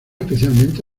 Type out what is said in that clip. especialmente